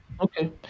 okay